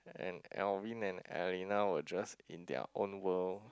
and Alvin and Alina were just in their own world